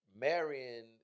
Marion